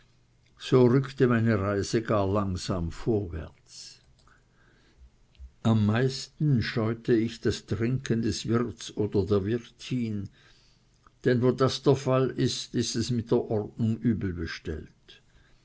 so rückte meine reise gar langsam vorwärts am meisten scheute ich das trinken des wirts oder der wirtin denn wo das der fall ist ist es mit der ordnung übel bestellt